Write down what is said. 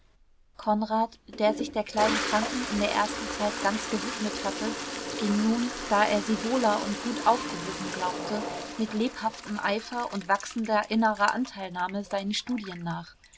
konrad der sich der kleinen kranken in der ersten zeit ganz gewidmet hatte ging nun da er sie wohler und gut aufgehoben glaubte mit lebhaftem eifer und wachsender innerer anteilnahme seinen studien nach